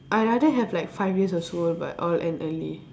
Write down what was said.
I rather have like five days of school but all end early